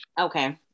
Okay